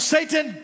Satan